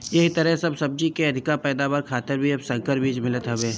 एही तरहे सब सब्जी के अधिका पैदावार खातिर भी अब संकर बीज मिलत हवे